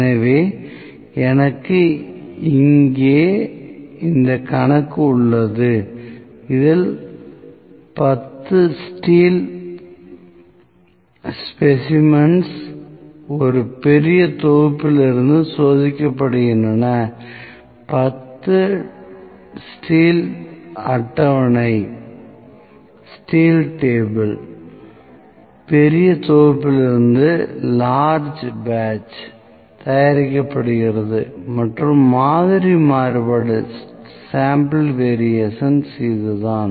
எனவே எனக்கு இங்கே இந்த கணக்கு உள்ளது இதில் 10 ஸ்டீல் ஸ்பெசிமென்ஸ் ஒரு பெரிய தொகுப்பிலிருந்து சோதிக்கப்படுகின்றன 10 ஸ்டீல் அட்டவணை பெரிய தொகுப்பிலிருந்து தயாரிக்கப்படுகிறது மற்றும் மாதிரி மாறுபாடு இதுதான்